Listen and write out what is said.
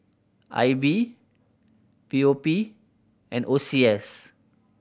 I B P O P and O C S